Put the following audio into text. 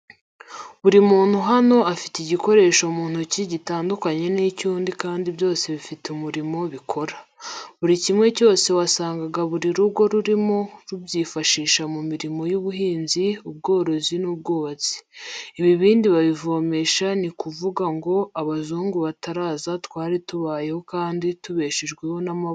Buri muntu hano afite igikoresho mu ntoki gitandukanye n'icy'undi kandi byose bifite umurimo bikora. Buri kimwe cyose wasangaga buri rugo rurimo rubyifashisha mu mirimo y'ubuhinzi, ubworozi n'ubwubatsi. Ibibindi babivomesha ni ukuvuga ngo abazungu bataraza twari tubayeho kandi tubeshejweho n'amaboko yacu n'ibyo twikoreraga.